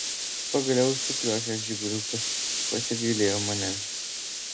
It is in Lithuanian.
pagaliau sukriošęs žiguliukas pasigailėjo manęs